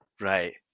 right